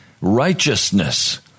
righteousness